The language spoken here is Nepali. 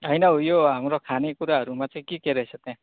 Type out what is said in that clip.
होइन हो यो हाम्रो खानेकुराहरूमा चाहिँ के के रहेछ त्यहाँ